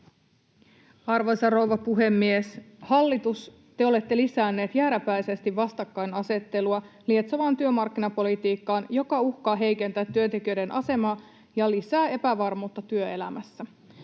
Arvoisa rouva puhemies! Hallitus, te olette lisänneet jääräpäisesti vastakkainasettelua lietsovaa työmarkkinapolitiikkaa, joka uhkaa heikentää työntekijöiden asemaa ja lisää epävarmuutta työelämässä.